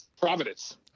Providence